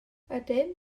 ydyn